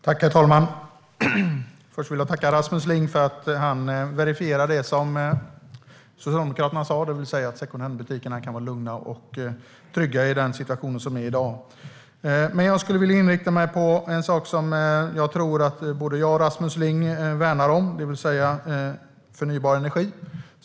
Herr talman! Först vill jag tacka Rasmus Ling för att han verifierade det Socialdemokraterna sa, det vill säga att secondhandbutikerna kan vara lugna och trygga i den situation som är i dag. Jag skulle dock vilja rikta in mig på något som jag tror att både jag och Rasmus Ling värnar om, nämligen förnybar energi.